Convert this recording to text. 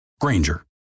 Granger